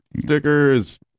Stickers